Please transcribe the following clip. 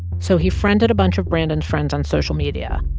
so he friended a bunch of brandon's friends on social media.